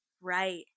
Right